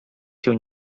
się